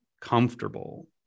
comfortable